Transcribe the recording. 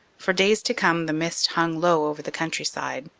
for days to come the mist hung low over the countryside,